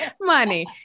Money